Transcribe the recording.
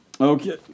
Okay